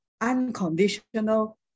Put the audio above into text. unconditional